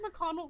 McConnell